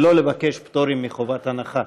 ולא לבקש פטורים מחובת הנחה.